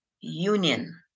union